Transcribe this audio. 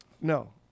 No